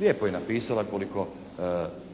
lijepo je napisala